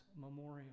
memorial